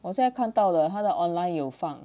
我现在看到了他的 online 有放